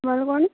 আৰু কোন